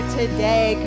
today